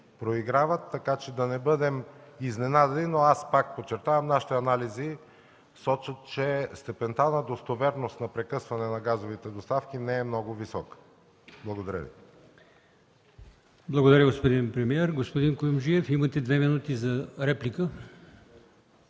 проиграват, така че да не бъдем изненадани, но пак подчертавам, нашите анализи сочат, че степента на достоверност на прекъсване на газовите доставки не е много висока. Благодаря Ви. ПРЕДСЕДАТЕЛ АЛИОСМАН ИМАМОВ: Благодаря, господин премиер. Господин Куюмджиев, имате две минути за реплика.